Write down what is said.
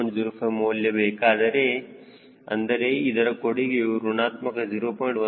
05 ಮೌಲ್ಯ ಬೇಕಾದರೆ ಅಂದರೆ ಇದರ ಕೊಡುಗೆಯೂ ಋಣಾತ್ಮಕ 0